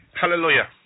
Hallelujah